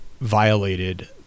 violated